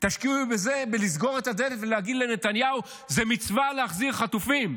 תשקיעו בזה בלסגור את הדלת ולהגיד לנתניהו: זו מצווה להחזיר חטופים,